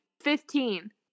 Fifteen